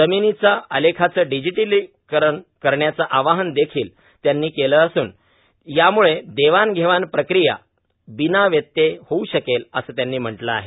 जमिनीचा आलेखाचं डिजिटीकरण करण्याचं आवाहन देखील त्यांनी केलं असून याम्ळं देवाण घेवाण प्रक्रीया बिना व्यत्यय होऊ शकेल असं त्यांनी म्हटलं आहे